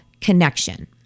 connection